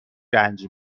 رنج